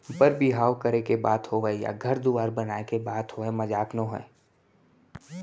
बर बिहाव करे के बात होवय या घर दुवार बनाए के बात होवय मजाक नोहे